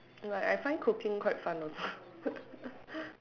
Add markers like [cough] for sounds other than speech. like I find cooking quite fun also [laughs]